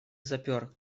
запер